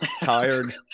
tired